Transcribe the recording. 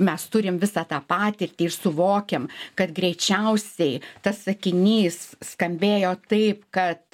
mes turim visą tą patirtį ir suvokiam kad greičiausiai tas sakinys skambėjo taip kad